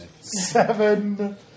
Seven